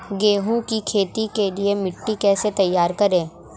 गेहूँ की खेती के लिए मिट्टी कैसे तैयार करें?